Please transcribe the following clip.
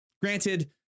granted